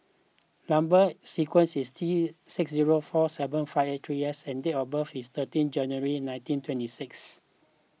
Number Sequence is T six zero four seven five eight three S and date of birth is thirteenth January nineteen twenty six